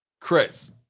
Chris